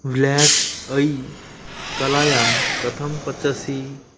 व्लेक् ऐ कलायां कथं पचसि